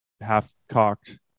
half-cocked